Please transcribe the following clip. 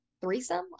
threesome